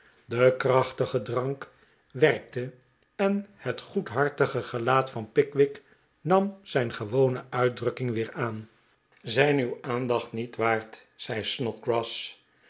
de krachtige drank werkte en het goedhartige gelaat van pickwick nam zijn gewone uitdrukking weer aan zij zijn uw aandacht niet waard zei